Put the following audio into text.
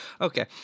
Okay